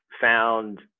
found